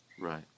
Right